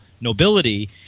nobility